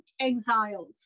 exiles